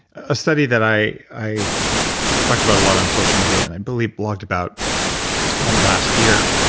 a study that i i talked about a lot on social media and i believe blogged about um last year,